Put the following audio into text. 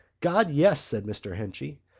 god, yes, said mr. henchy.